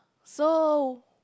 so